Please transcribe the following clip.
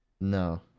No